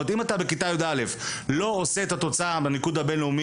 אם אתה בכיתה י"א לא עושה את התוצאה ברמה